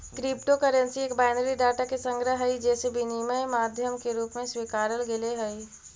crypto currency एक binary data के संग्रह हइ जेसे विनिमय के माध्यम के रूप में स्वीकारल गेले हइ